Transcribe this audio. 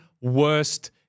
worst